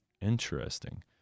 interesting